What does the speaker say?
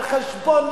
על חשבון,